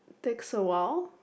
takes awhile